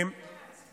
ניתן לעבור להצביע?